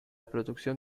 producción